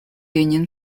union